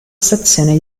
stazione